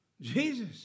Jesus